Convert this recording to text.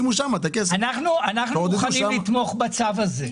אנחנו מוכנים לתמוך בצו הזה,